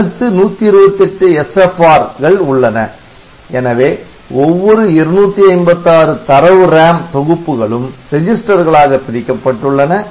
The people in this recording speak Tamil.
அடுத்து 128 SFRs உள்ளன எனவே ஒவ்வொரு 256 தரவு RAM தொகுப்புகளும் ரெஜிஸ்டர்களாக பிரிக்கப்பட்டுள்ளன